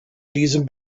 diesem